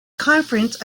confluence